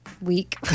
week